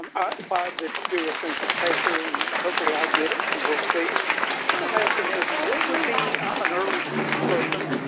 i applied to do a census taker and hopefully i'll get it and we'll see. what i'm asking is, what would be i'm an early person,